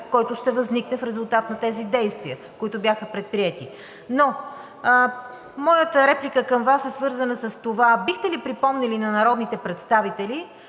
който ще възникне в резултат на тези действия, които бяха предприети. Но моята реплика към Вас е свързана с това, бихте ли припомнили на народните представители